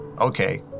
Okay